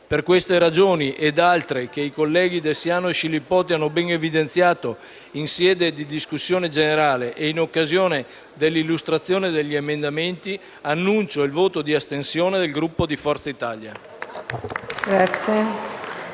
Per queste ragioni ed altre, che i colleghi De Siano e Scilipoti hanno ben evidenziato in sede di discussione generale e in occasione dell'illustrazione degli emendamenti, annuncio il voto di astensione del Gruppo di Forza Italia.